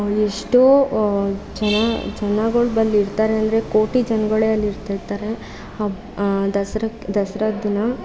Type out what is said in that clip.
ಎಷ್ಟೋ ಜನ ಜನಗಳು ಬಂದಿರ್ತಾರಂದರೆ ಕೋಟಿ ಜನಗಳೇ ಅಲ್ಲಿ ಇರ್ತಿರ್ತಾರೆ ದಸ್ರಾಕ್ಕೆ ದಸ್ರಾದ ದಿನ